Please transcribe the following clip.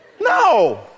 No